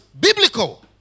biblical